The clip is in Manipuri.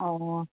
ꯑꯣ